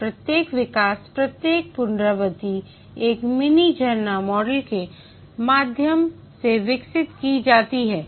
और प्रत्येक विकास प्रत्येक पुनरावृत्ति एक मिनी झरना मॉडल के माध्यम से विकसित की जाती है